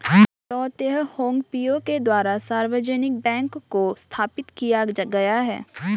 डॉ Teh Hong Piow के द्वारा सार्वजनिक बैंक को स्थापित किया गया है